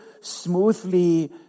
smoothly